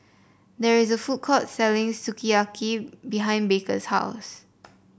there is a food court selling Sukiyaki behind Baker's house